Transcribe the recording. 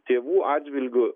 tėvų atžvilgiu